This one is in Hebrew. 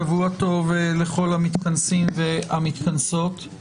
שבוע טוב לכל המתכנסים והמתכנסות.